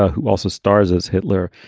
ah who also stars as hitler.